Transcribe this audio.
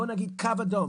בואו נגיד קו אדום.